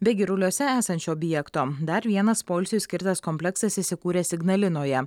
be giruliuose esančio objekto dar vienas poilsiui skirtas kompleksas įsikūręs ignalinoje